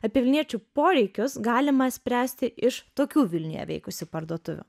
apie vilniečių poreikius galima spręsti iš tokių vilniuje veikusių parduotuvių